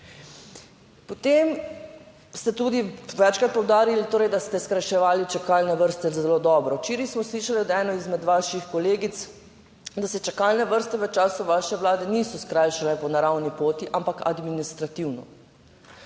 Potem ste tudi večkrat poudarili, torej, da ste skrajševali čakalne vrste zelo dobro. Včeraj smo slišali od ene izmed vaših kolegic, da se čakalne vrste v času vaše vlade niso skrajšale po naravni poti, ampak administrativno.